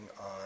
on